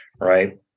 right